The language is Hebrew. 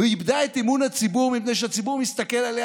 והיא איבדה את אמון הציבור מפני שהציבור מסתכל עליה,